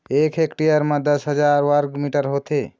एक हेक्टेयर म दस हजार वर्ग मीटर होथे